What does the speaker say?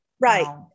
right